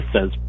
says